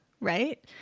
right